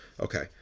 Okay